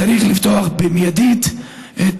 צריך לפתוח מיידית את